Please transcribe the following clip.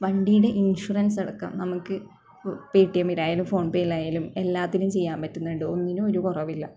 വണ്ടിയുടെ ഇൻഷുറൻസ് അടക്കം നമുക്ക് ഇപ്പോൾ പേ ടി എമ്മിൽ ആയാലും ഫോൺപേ ആയാലും എല്ലാത്തിനും ചെയ്യാൻ പറ്റുന്നുണ്ട് എല്ലാത്തിനും ഒരു കുറവില്ല